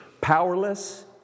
powerless